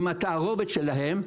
עם התערבות שלהם.